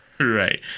Right